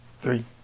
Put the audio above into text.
Three